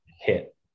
hit